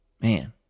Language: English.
man